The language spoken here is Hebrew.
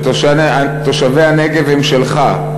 שתושבי הנגב הם שלך,